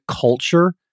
culture